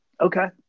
Okay